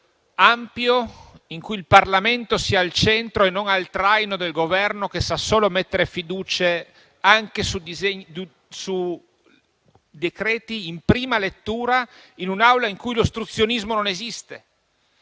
dibattito ampio in cui il Parlamento sia al centro e non al traino del Governo, che sa solo porre fiducie, anche su decreti in prima lettura, in un'Aula in cui l'ostruzionismo non esiste.